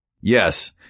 Yes